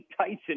tyson